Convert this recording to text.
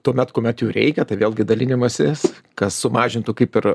tuomet kuomet jų reikia tai vėlgi dalinimasis kas sumažintų kaip ir